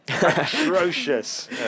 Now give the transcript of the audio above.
Atrocious